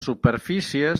superfícies